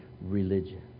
religion